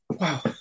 wow